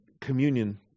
communion